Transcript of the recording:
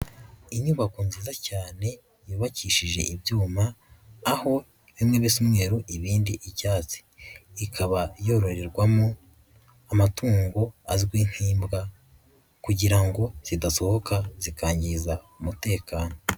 Inyubako nziza cyane yubakishije ibyuma aho bimwe bisa umweru ibindi icyatsi, ikaba yororerwamo amatungo azwi nk'imbwa kugira ngo zidasohoka zikangiza umutekano.